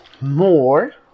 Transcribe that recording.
more